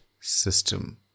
system